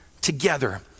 together